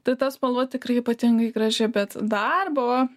tai ta spalva tikrai ypatingai graži bet darbo